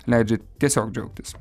leidžia tiesiog džiaugtis